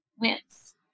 wins